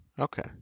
Okay